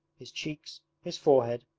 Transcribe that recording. his cheeks, his forehead,